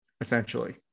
essentially